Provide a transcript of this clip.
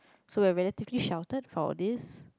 so when whether take it shoulder for this